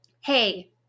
hey